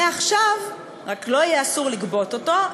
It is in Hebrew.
מעכשיו לא יהיה אסור לגבות אותו,